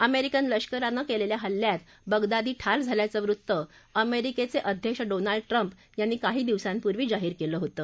American लष्करानं केलेल्या हल्ल्यात बगदादी ठार झाल्याचं वृत्त अमेरिकेचे अध्यक्ष डोनाल्ड ट्रम्प यांनी काही दिवसांपूर्वी जाहीर केलं होतं